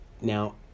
Now